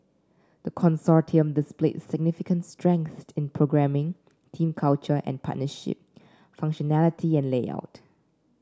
the consortium displayed significant strengths in programming team culture and partnership functionality and layout